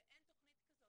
ואין תוכנית כזאת.